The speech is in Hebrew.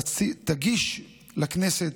תגיש לכנסת,